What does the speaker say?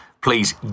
Please